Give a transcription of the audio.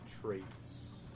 traits